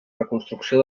reconstrucció